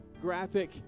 graphic